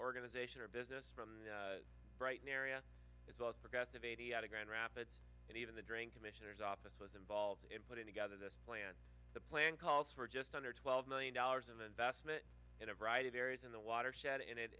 organization or business from bright narea as well as progressive eighty out of grand rapids and even the drink commissioner's office was involved in putting together this plan the plan calls for just under twelve million dollars of investment in a variety of areas in the watershed in it